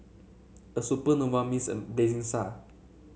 a Supernova means a blazing star